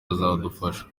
azadufasha